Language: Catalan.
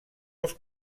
els